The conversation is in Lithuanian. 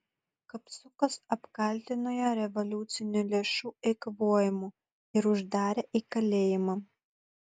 kapsukas apkaltino ją revoliucinių lėšų eikvojimu ir uždarė į kalėjimą